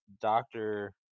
doctor